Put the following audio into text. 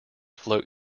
float